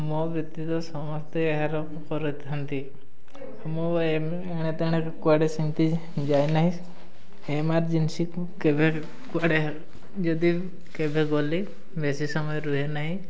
ମୋ ବ୍ୟତୀତ ସମସ୍ତେ ଏହାର କରିଥାନ୍ତି ମୁଁ ଏଣେତେଣେ କୁଆଡ଼େ ସେମିତି ଯାଏ ନାହିଁ ଏମାର୍ଜେନ୍ସି କେବେ କୁଆଡ଼େ ଯଦି କେବେ ଗଲି ବେଶୀ ସମୟ ରୁହେ ନାହିଁ